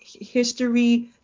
history